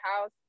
house